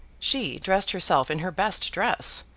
she dressed herself in her best dress,